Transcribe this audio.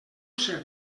ser